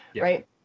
right